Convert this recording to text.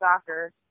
soccer